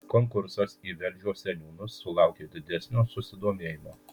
konkursas į velžio seniūnus sulaukė didesnio susidomėjimo